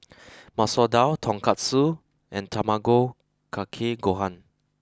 Masoor Dal Tonkatsu and Tamago Kake Gohan